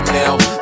now